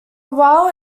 while